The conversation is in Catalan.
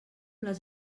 les